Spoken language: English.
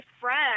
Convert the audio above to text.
friend